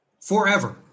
Forever